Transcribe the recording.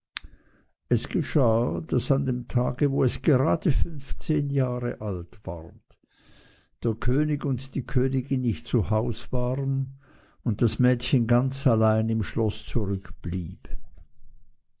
es geschah daß an dem tage wo es gerade funfzehn jahr alt ward der könig und die königin nicht zu haus waren und das mädchen ganz allein im schloß